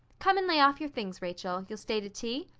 come and lay off your things, rachel. you'll stay to tea?